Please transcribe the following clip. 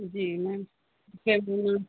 जी ma'am